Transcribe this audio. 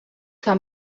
que